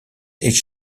each